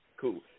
Cool